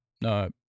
no